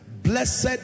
Blessed